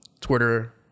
twitter